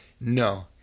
no